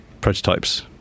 prototypes